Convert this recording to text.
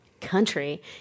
country